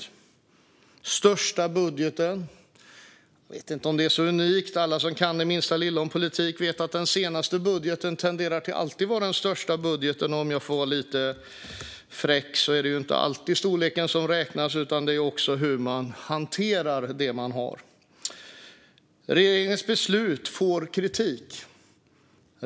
Det är den största budgeten. Jag vet inte om det är så unikt. Alla som kan det minsta lilla om politik vet att den senaste budgeten alltid tenderar att vara den största budgeten. Om jag får vara lite fräck är det inte alltid storleken som räknas, utan det är också hur man hanterar det man har. Regeringens beslut får kritik.